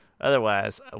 otherwise